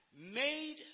made